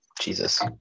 jesus